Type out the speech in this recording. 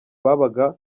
babaga